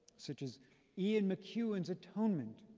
such as ian mcewan's atonement.